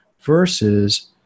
versus